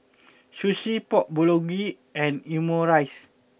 Sushi Pork Bulgogi and Omurice